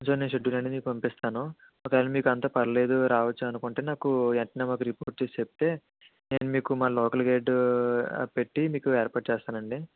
so నేను schedule అనేది మీకు పంపిస్తాను ఒకవేళ మీకంతా పర్లేదు రావచ్చు అనుకుంటే నాకు వెంటనే మాకు రిపోర్ట్ చూసి చెప్తే నేను మీకు మా లోకల్ గైడు పెట్టి మీకు ఏర్పాటు చేస్తానండి